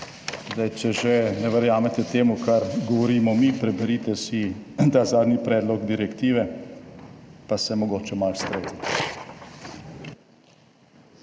Zdaj, če že ne verjamete temu, kar govorimo mi, preberite si ta zadnji predlog direktive, pa se mogoče malo streznite.